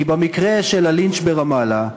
כי במקרה של הלינץ' ברמאללה,